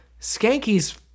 skanky's